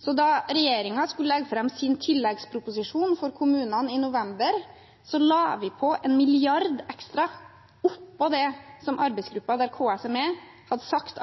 Så da regjeringen skulle legge fram sin tilleggsproposisjon for kommunene i november, la vi på én milliard kroner ekstra oppå det som arbeidsgruppa der KS er med, hadde sagt